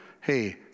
hey